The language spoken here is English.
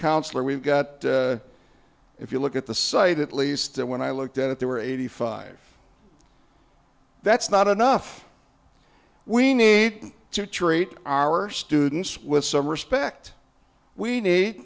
counselor we've got if you look at the site at least and when i looked at it there were eighty five that's not enough we need to treat our students with some respect we need